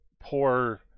poor